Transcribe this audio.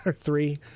three